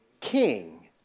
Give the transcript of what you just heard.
King